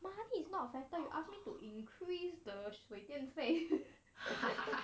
what money is not affected you ask me to increase the 水电费